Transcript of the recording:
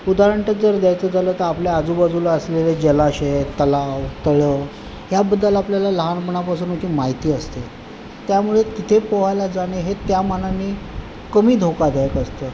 उदाहरण जर द्यायचं झालं तर आपल्या आजूबाजूला असलेले जलाशय तलाव तळ ह्याबद्दल आपल्याला लहानपणापासूनची माहिती असते त्यामुळे तिथे पोहायला जाणे हे त्या मानाने कमी धोकादायक असतं